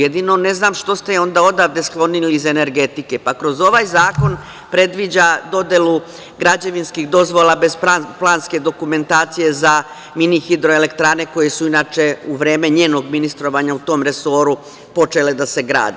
Jedino, ne znam što ste je onda odavde sklonili iz energetike, pa kroz ovaj zakon predviđa dodelu građevinskih dozvola bez planske dokumentacije za mini hidroelektrane, koje su inače u vreme njenog ministrovanja u tom resoru počele da se grade.